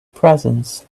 presence